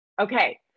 Okay